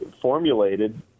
formulated